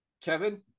Kevin